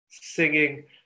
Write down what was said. Singing